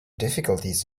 difficulties